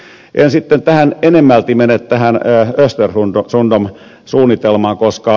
en sitten enemmälti mene tähän östersundom suunnitelmaan koska ed